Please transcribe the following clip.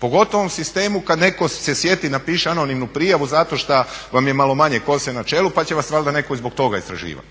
pogotovo u ovom sistemu kad netko se sjeti i napiše anonimnu prijavu zato što vam je malo manje kose na čelu pa će vas valjda netko zbog toga istraživati.